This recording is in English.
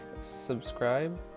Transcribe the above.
subscribe